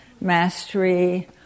mastery